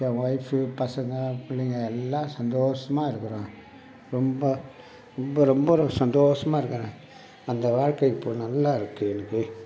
என் wife பசங்கள் பிள்ளைங்க எல்லாம் சந்தோஷமா இருக்கிறோம் ரொம்ப ரொம்ப ரொம்ப சந்தோஷமா இருக்கிறேன் அந்த வாழ்க்கை இப்போது நல்லா இருக்கு எனக்கு